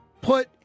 put